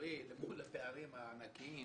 למול הפערים הענקיים.